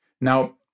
Now